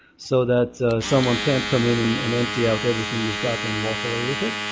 so that someone can't come in and empty out everything you've got and walk away with it.